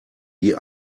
die